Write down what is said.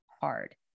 hard